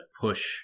push